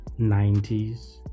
90s